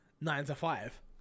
nine-to-five